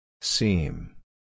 Seam